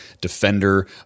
defender